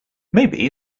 maybe